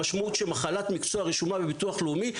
המשמעות שמחלת מקצוע רשומה בביטוח לאומי,